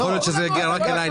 יכול להיות שזה הגיע רק אליי.